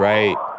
Right